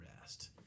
rest